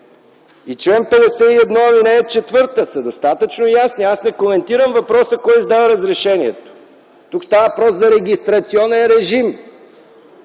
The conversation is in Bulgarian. Член 52 и чл. 51, ал. 4 са достатъчно ясни. Аз не коментирам въпроса кой издава разрешението. Тук става въпрос за регистрационен режим,